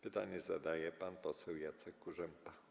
Pytanie zadaje pan poseł Jacek Kurzępa.